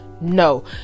No